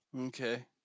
Okay